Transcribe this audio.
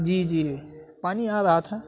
جی جی پانی آ رہا تھا